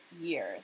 years